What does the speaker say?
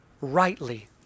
rightly